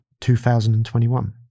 2021